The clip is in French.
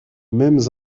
mêmes